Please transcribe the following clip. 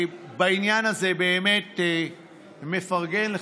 בעניין הזה אני באמת מפרגן לך.